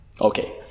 Okay